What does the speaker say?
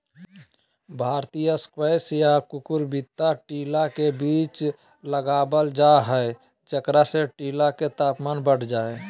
भारतीय स्क्वैश या कुकुरविता टीला के बीच लगावल जा हई, जेकरा से टीला के तापमान बढ़ जा हई